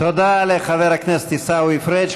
תודה לחבר הכנסת עיסאווי פריג'.